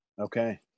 Okay